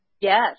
Yes